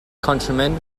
countrymen